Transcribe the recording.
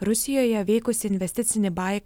rusijoje veikusį investicinį bai banką